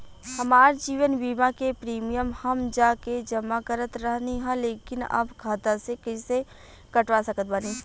हमार जीवन बीमा के प्रीमीयम हम जा के जमा करत रहनी ह लेकिन अब खाता से कइसे कटवा सकत बानी?